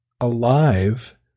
alive